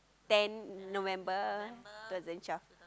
ten November two thousand twelve